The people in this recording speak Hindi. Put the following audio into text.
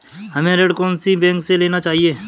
हमें ऋण कौन सी बैंक से लेना चाहिए?